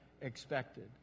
expected